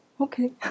okay